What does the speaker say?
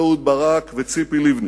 אהוד ברק וציפי לבני,